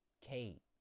Kate